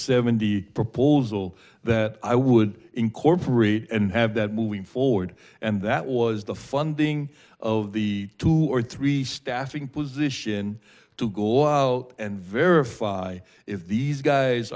seventy proposal that i would incorporate and have that moving forward and that was the funding of the two or three staffing position to go out and verify if these guys